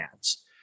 ads